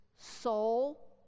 soul